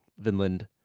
Vinland